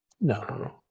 No